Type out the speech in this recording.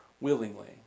willingly